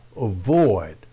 avoid